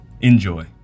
Enjoy